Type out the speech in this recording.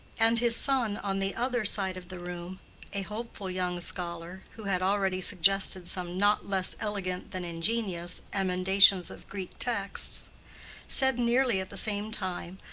and his son, on the other side of the room a hopeful young scholar, who had already suggested some not less elegant than ingenious, emendations of greek texts said nearly at the same time,